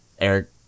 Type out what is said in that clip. Eric